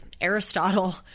Aristotle